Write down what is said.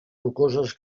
rocoses